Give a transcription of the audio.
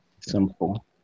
Simple